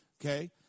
Okay